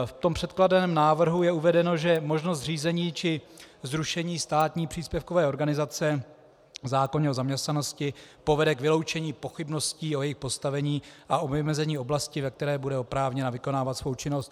V překládaném návrhu je uvedeno, že možnost zřízení či zrušení státní příspěvkové organizace v zákoně o zaměstnanosti povede k vyloučení pochybností o jejich postavení a o vymezení oblasti, ve které bude oprávněna vykonávat svou činnost.